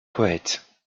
poète